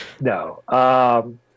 no